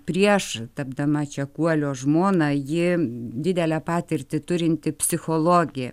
prieš tapdama čekuolio žmona ji didelę patirtį turinti psichologė